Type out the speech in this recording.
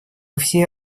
все